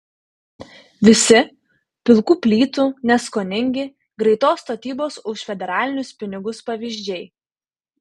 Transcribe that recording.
visi pilkų plytų neskoningi greitos statybos už federalinius pinigus pavyzdžiai